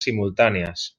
simultànies